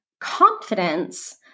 confidence